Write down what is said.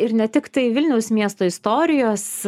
ir ne tiktai vilniaus miesto istorijos